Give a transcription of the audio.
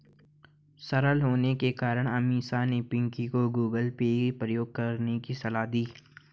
सरल होने के कारण अमीषा ने पिंकी को गूगल पे प्रयोग करने की सलाह दी